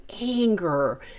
anger